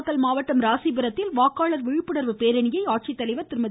நாமக்கல் மாவட்டம் ராசிபுரத்தில் வாக்காளர் விழிப்புணர்வு பேரணியை மாவட்ட ஆட்சித்தலைவா் திருமதி